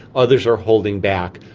others are holding back.